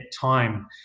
time